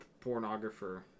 pornographer